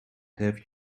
have